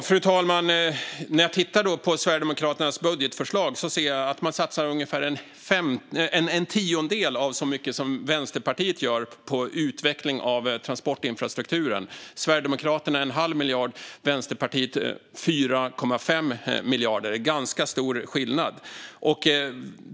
Fru talman! När jag tittar på Sverigedemokraternas budgetförslag ser jag att man satsar ungefär en tiondel så mycket som Vänsterpartiet gör på utveckling av transportinfrastrukturen. Sverigedemokraterna satsar en halv miljard och Vänsterpartiet 4,5 miljarder. Det är ganska stor skillnad.